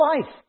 life